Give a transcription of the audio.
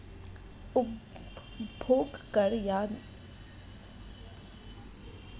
उपभोग कर या कंजप्शन टैक्स भी टैक्स के डिस्क्रिप्टिव लेबल के अंतर्गत आता है